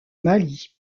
mali